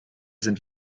sind